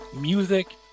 music